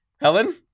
Helen